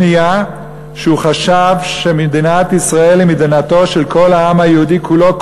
שהוא חשב שמדינת ישראל היא מדינתו של כל העם היהודי כולו,